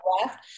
left